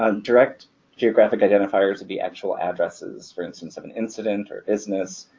ah direct geographic identifiers would be actual addresses, for instance, of an incident or business.